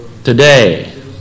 Today